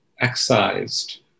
excised